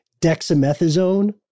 dexamethasone